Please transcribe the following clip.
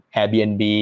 Airbnb